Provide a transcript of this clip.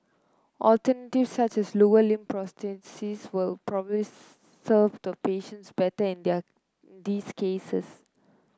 alternatives such as lower limb prosthesis will probably serve the patients better in there these cases